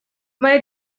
моя